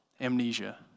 amnesia